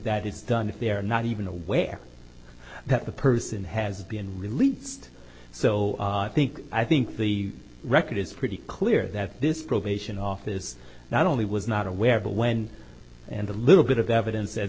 that it's done if they are not even aware that the person has been released so i think i think the record is pretty clear that this probation office not only was not aware of the when and the little bit of evidence that